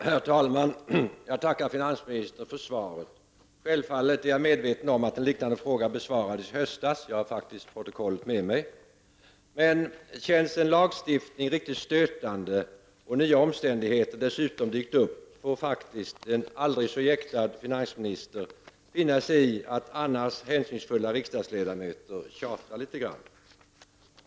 Herr talman! Jag tackar finansministern för svaret. Självfallet är jag medveten om att en liknande fråga besvarades i höstas — jag har faktiskt protokollet från den debatten med mig. Men känns en lagstiftning riktigt stötande och nya omständigheter dessutom dykt upp, får faktiskt en aldrig så jäktad finansminister finna sig i att annars hänsynsfulla riksdagsledamöter tjatar litet grand.